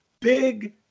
big